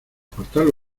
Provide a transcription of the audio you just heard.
apartar